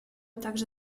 также